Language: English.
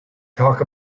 talk